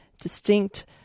distinct